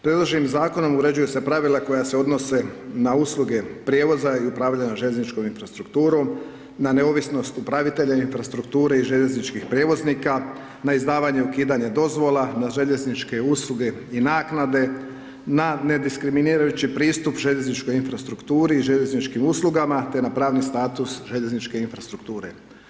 Predloženim zakonom uređuju se pravila koja se odnose na usluge prijevoza i upravljanja željezničkom infrastrukturom, na neovisnost upravitelja infrastrukture i željezničkih prijevoznika, na izdavanje ukidanja dozvola na željezničke usluge i naknade, na nediskriminirajući pristup željezničkoj infrastrukturi i željezničkim uslugama te na pravni status željezničke infrastrukture.